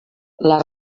les